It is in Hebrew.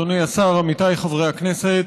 אדוני השר, עמיתיי חברי הכנסת,